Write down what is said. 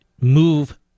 move